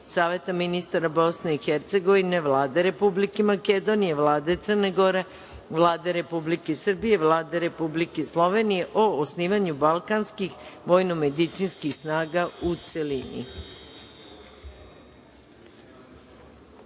Saveta ministara Bosne i Hercegovine, Vlade Republike Makedonije, Vlade Crne Gore, Vlade Republike Srbije i Vlade Republike Slovenije o osnivanju balkanskih vojnomedicinskih snaga, u